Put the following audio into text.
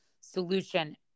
solution